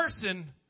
person